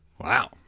Wow